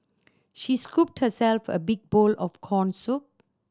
she scooped herself a big bowl of corn soup